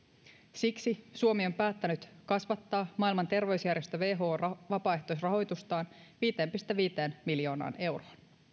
siksi suomi on päättänyt kasvattaa maailman terveysjärjestö whon vapaaehtoisrahoitustaan viiteen pilkku viiteen miljoonaan euroon